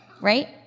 right